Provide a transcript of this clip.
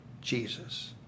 Jesus